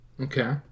Okay